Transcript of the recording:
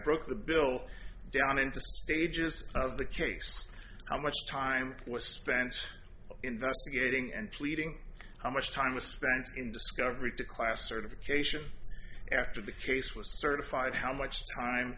the bill down into stages of the case how much time was spent investigating and pleading how much time was spent in discovery to class certification after the case was certified how much time